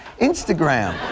Instagram